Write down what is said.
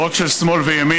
לא רק של שמאל וימין,